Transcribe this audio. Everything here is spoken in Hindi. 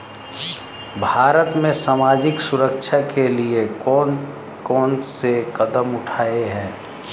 भारत में सामाजिक सुरक्षा के लिए कौन कौन से कदम उठाये हैं?